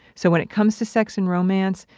so when it comes to sex and romance,